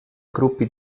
gruppi